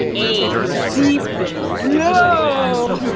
aged, deep and low.